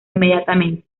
inmediatamente